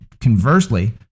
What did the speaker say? conversely